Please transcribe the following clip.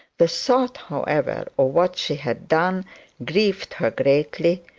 the thought, however, of what she had done grieved her greatly,